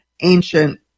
ancient